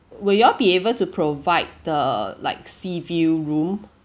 will you all be able to provide the like sea view room